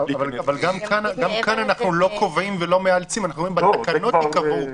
גם כאן אנחנו לא קובעים ולא מאלצים אלא אומרים: בתקנות ייקבעו.